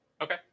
Okay